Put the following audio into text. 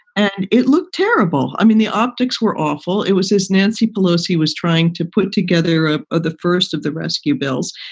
and it looked terrible. i mean, the optics were awful. it was this nancy pelosi was trying to put together ah ah the first of the rescue bills,